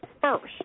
first